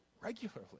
regularly